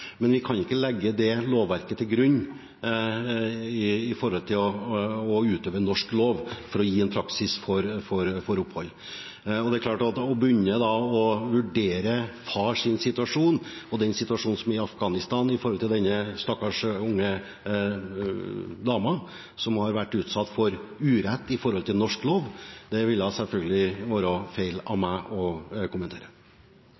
men vi kan ikke legge det lovverket til grunn opp mot å utøve norsk lov for å gi en praksis for opphold. Å kommentere og begynne å vurdere fars situasjon og den situasjonen som er i Afghanistan, opp mot denne stakkars unge dama som har vært utsatt for urett, i forhold til norsk lov, ville selvfølgelig være feil av